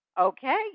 Okay